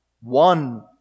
One